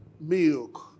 milk